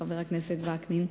חבר הכנסת וקנין,